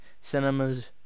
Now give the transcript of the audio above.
cinema's